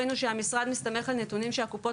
ראינו שהמשרד מסתמך על נתונים שהקופות